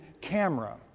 camera